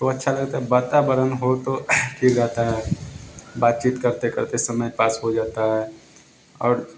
तो अच्छा लगता है वातावरण हो तो ठीक रहता है बातचीत करते करते समय पास हो जाता है और